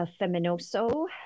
feminoso